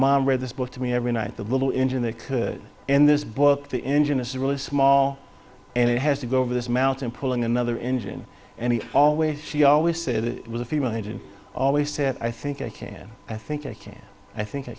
mom read this book to me every night the little engine that could in this book the engine is really small and it has to go over this mountain pulling another engine and he always she always said it was a female agent always said i think i can i think i can i think i